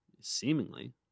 seemingly